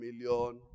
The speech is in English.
million